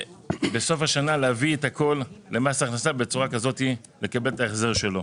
ובסוף השנה להביא את הכל למס הכנסה ובצורה כזאתי לקבל את ההחזר שלו.